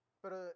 pero